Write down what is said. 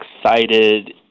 excited